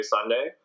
Sunday